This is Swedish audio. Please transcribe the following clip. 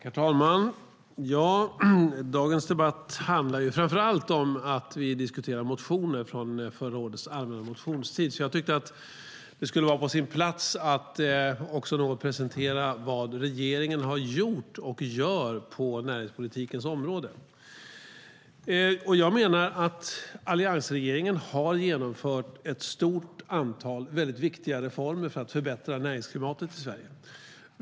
Herr talman! I dagens debatt diskuterar vi framför allt motioner från förra årets allmänna motionstid. Jag tyckte att det skulle vara på sin plats att också något presentera vad regeringen har gjort och gör på näringspolitikens område. Jag menar att alliansregeringen har genomfört ett stort antal väldigt viktiga reformer för att förbättra näringsklimatet i Sverige.